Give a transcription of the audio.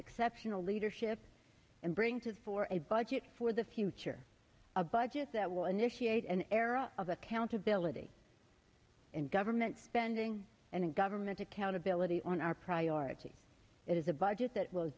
exceptional leadership and bring to for a budget for the future a budget that will initiate an era of accountability in government spending and government accountability on our priorities it is a budget that